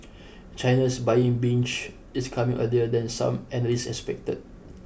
China's buying binge is coming earlier than some analysts expected